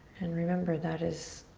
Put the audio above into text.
and remember that is